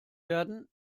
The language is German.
werden